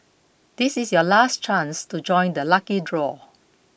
this is your last chance to join the lucky draw